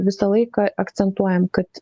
visą laiką akcentuojam kad